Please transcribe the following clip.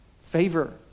favor